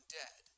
dead